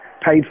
paid